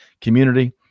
community